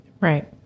Right